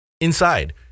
inside